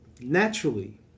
Naturally